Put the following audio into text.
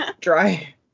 dry